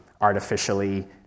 artificially